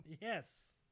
Yes